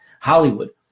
Hollywood